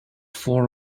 four